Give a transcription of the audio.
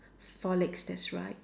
four legs that's right